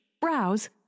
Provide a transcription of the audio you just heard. browse